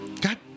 God